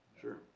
Sure